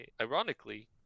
ironically